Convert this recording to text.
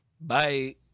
Bye